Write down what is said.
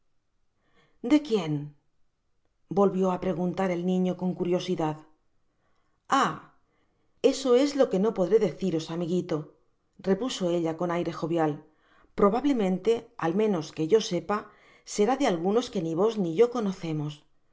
de quien volvió á preguntar el niño con curiosidad ahí eso es lo que no podré deciros amiguito repuso ella con aire jovial probablemente al menos que yo sepa será de alguno que ni vos ni yo conocemos